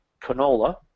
canola